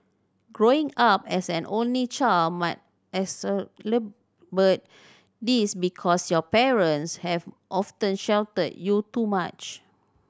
growing up as an only child might this because your parents have often sheltered you too much